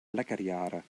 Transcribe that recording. lekrjahre